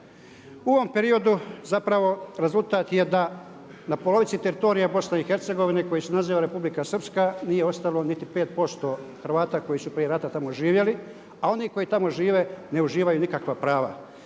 U ovom periodu zapravo rezultat je da na polovici teritorija Bosne i Hercegovine koji se naziva Republika Srpska nije ostalo niti 5% Hrvata koji su prije rata tamo živjeli, a oni koji tamo žive ne uživaju nikakva prava.